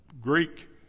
Greek